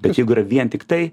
bet jeigu yra vien tiktai